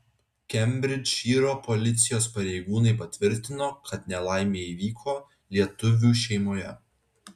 kembridžšyro policijos pareigūnai patvirtino kad nelaimė įvyko lietuvių šeimoje